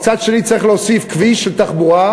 ומצד שני צריך להוסיף כביש של תחבורה,